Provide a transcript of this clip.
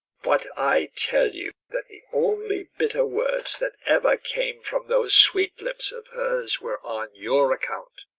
but i tell you that the only bitter words that ever came from those sweet lips of hers were on your account,